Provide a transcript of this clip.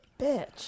Bitch